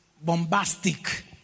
bombastic